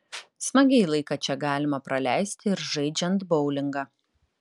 smagiai laiką čia galima praleisti ir žaidžiant boulingą